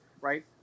right